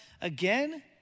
again